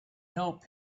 help